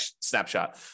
snapshot